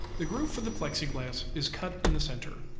the groove for the plexiglass is cut in the center.